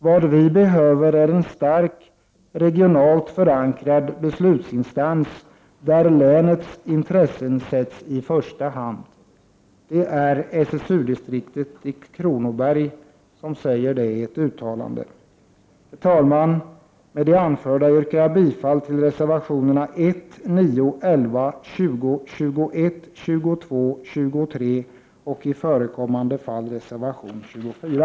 Vad vi behöver är en stark regionalt förankrad beslutsinstans där länets intressen sätts i första hand.” Herr talman! Med det anförda yrkar jag bifall till reservationerna 1,9, 11, 20, 21, 22, 23 och i förekommande fall reservation 24.